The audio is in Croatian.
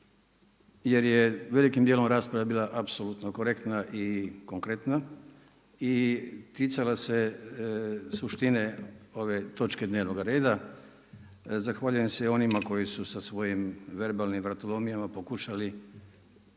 jer je velikim dijelom rasprava bila apsolutno korektna i konkretna i ticala se suštine ove točke dnevnog reda. Zahvaljujem se i onima koji su sa svojim verbalnim vratolomijama pokušali